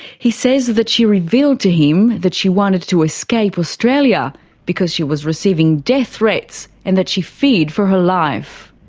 he says that she revealed to him that she wanted to escape australia because she was receiving death threats and that she feared for her life.